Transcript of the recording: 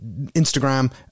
Instagram